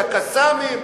שה"קסאמים",